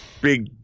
big